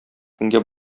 көнгә